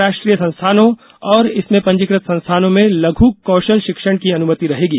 राष्ट्रीय संस्थानों और इससे पंजीकृत संस्थानों में लघु कौशल शिक्षण की अनुमति रहेगी